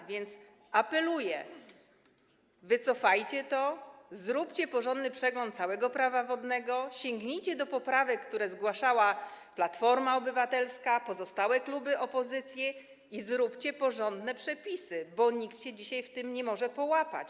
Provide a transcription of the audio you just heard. A więc apeluję: Wycofajcie to, zróbcie porządny przegląd całego Prawa wodnego, sięgnijcie do poprawek, które zgłaszała Platforma Obywatelska i pozostałe kluby opozycji, i zróbcie porządne przepisy, bo nikt się dzisiaj w tym nie może połapać.